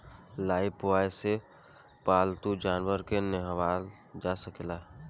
Lifebuoy से पाल्तू जानवर के नेहावल जा सकेला